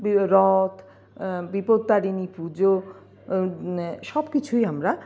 রথ বিপত্তারিণী পুজো সব কিছুই আমরা